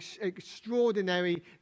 extraordinary